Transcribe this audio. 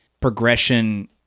progression